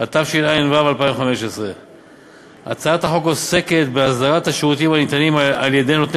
התשע"ו 2015. הצעת החוק עוסקת באסדרת השירותים הניתנים על-ידי נותני